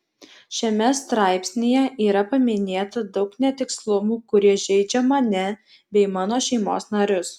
šiame straipsnyje yra paminėta daug netikslumų kurie žeidžia mane bei mano šeimos narius